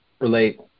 relate